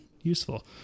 useful